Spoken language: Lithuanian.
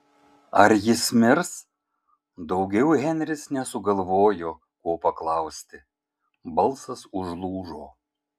ar jis mirs daugiau henris nesugalvojo ko paklausti balsas užlūžo